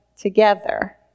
together